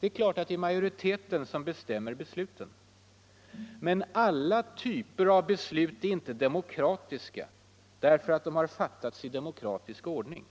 Det är klart att det är majoriteten som bestämmer besluten. Men alla typer av beslut är inte demokratiska därför att de har fattats i demokratisk ordning.